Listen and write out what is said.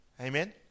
amen